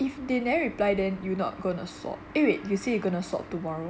if they never reply then you not going swap ah wait you say you gonna start tomorrow